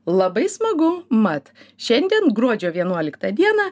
labai smagu mat šiandien gruodžio vienuoliktą dieną